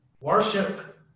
worship